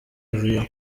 yavuyeho